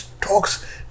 talks